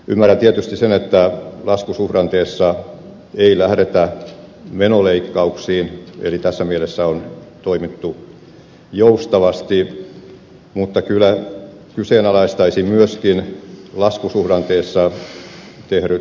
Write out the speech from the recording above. ymmärrän tietysti sen että laskusuhdanteessa ei lähdetä menoleikkauksiin eli tässä mielessä on toimittu joustavasti mutta kyseenalaistaisin myöskin laskusuhdanteessa tehdyt mittavat veronkevennykset